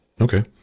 Okay